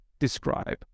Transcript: describe